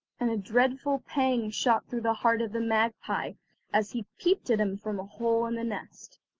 and a dreadful pang shot through the heart of the magpie as he peeped at him from a hole in the nest.